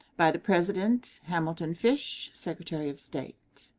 by the president hamilton fish, secretary of state.